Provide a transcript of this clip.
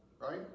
right